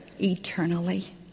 eternally